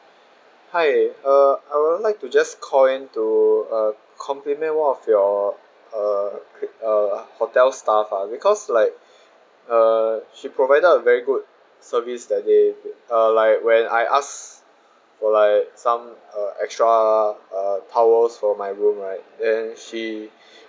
hi uh I would like to just call in to uh compliment one of your uh uh hotel staff ah because like uh she provided a very good service that they uh like when I ask for like some uh extra uh towels for my room right and she